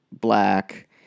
black